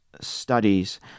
studies